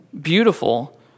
beautiful